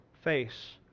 face